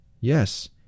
Yes